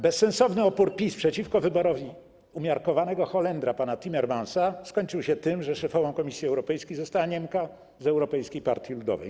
Bezsensowny opór PiS przeciwko wyborowi umiarkowanego Holendra pana Timmermansa skończył się tym, że szefową Komisji Europejskiej została Niemka z Europejskiej Partii Ludowej.